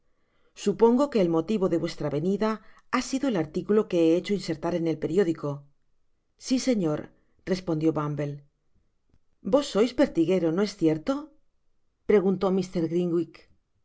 supongo que el motivo de vuestra venida ha sido el articulo que he hecho insertar en el periódico si señor respondió bumble vos sois pertiguero no es cierto preguntó